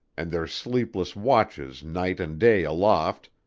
and their sleepless watches night and day aloft,